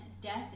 death